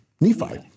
Nephi